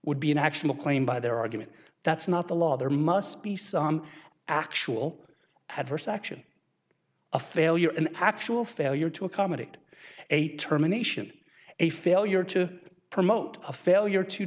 would be an actual claim by their argument that's not the law there must be some actual adverse action a failure in actual failure to accommodate a terminations a failure to promote a failure to